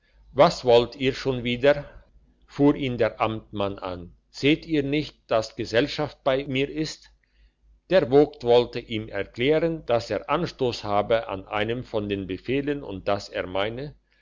was wollt ihr schon wieder fuhr ihn der amtmann an seht ihr nicht dass gesellschaft bei mir ist der vogt wollte ihm erklären dass er einen anstoss habe an einem von den befehlen und dass er meine